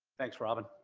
thanks, robin.